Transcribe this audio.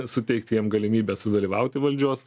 suteikt jam galimybę sudalyvauti valdžios